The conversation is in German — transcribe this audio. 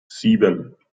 sieben